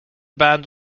band